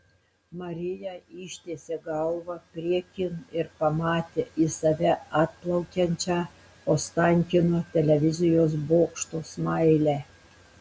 marija ištiesė galvą priekin ir pamatė į save atplaukiančią ostankino televizijos bokšto smailę